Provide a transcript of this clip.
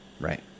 Right